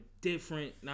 different